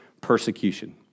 persecution